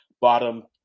bottom